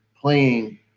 playing